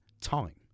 time